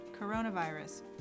coronavirus